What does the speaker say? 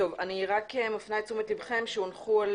אני רק מפנה את תשומת ליבכם שהונחו על